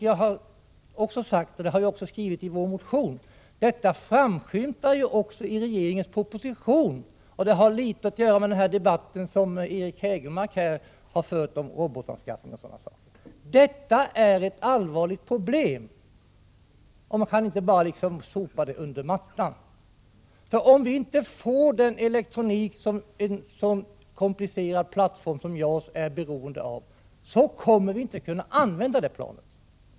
Jag har sagt, och det har vi också skrivit i vår motion, att det här framskymtar i regeringens proposition. Det har litet att göra med debatten som Eric Hägelmark har tagit upp, om robotanskaffning och sådana saker. Detta är ett allvarligt problem, och man kan inte bara sopa det under mattan. Om vi inte får elektroniken, såsom den komplicerade plattform som JAS är beroende av, kommer vi inte att kunna använda JAS-planet.